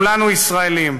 כולנו ישראלים.